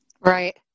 Right